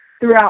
throughout